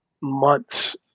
months